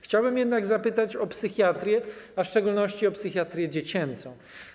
Chciałbym jednak zapytać o psychiatrię, a w szczególności o psychiatrię dziecięcą.